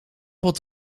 wat